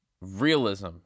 realism